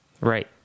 Right